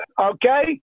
Okay